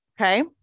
Okay